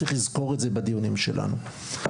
צריך לזכור את זה בדיונים שלנו.